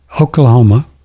Oklahoma